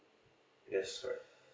yes sir